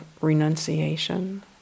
renunciation